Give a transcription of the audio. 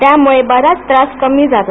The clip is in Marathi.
त्यामुळे बराच त्रास कमी झाला